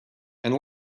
and